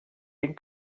vint